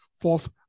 false